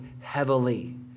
heavily